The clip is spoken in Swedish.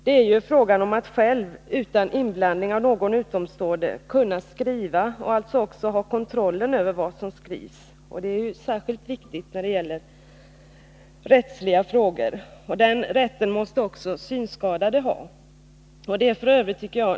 Det är ju fråga om att själv, utan inblandning av någon utomstående, kunna skriva och alltså också ha kontrollen över vad som skrivs. Detta är särskilt viktigt beträffande rättsliga frågor. Den här möjligheten måste också synskadade ha. Detärf.